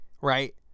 right